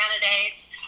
candidates